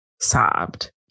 sobbed